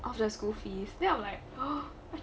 after school fees then I'm like !huh!